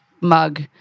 mug